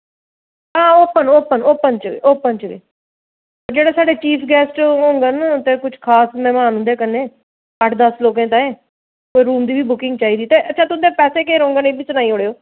हां open open open च open च गै जेह्ड़े साढ़े चीफ गैस्ट होङन ना ते कुछ खास मेहमान उ'न्दे कन्नै अट्ठ दस लोकें ताईं ओह् रूम दी बी बुकिंग चाहिदी ते अच्छा तुं'दे पैसे केह् रौह्ङंगन एह् बी सनाई ओड़ेओ